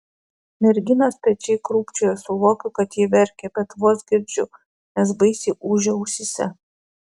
merginos pečiai krūpčioja suvokiu kad ji verkia bet vos girdžiu nes baisiai ūžia ausyse